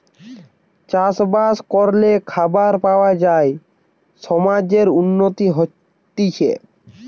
চাষ বাস করলে খাবার পাওয়া যায় সমাজের উন্নতি হতিছে